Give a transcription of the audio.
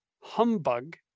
humbug